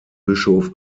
bischof